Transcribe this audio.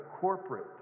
corporate